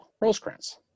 rosecrans